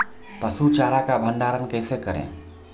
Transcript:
पसु चारा का भंडारण कैसे करें?